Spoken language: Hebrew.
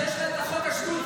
שיש לה את חוק השבות.